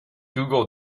google